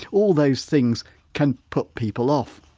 all those things can put people off.